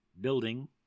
building